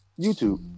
YouTube